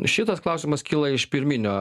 šitas klausimas kyla iš pirminio